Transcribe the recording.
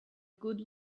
good